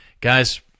Guys